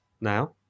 now